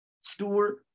Stewart